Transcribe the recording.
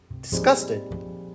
disgusted